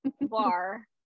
bar